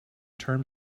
term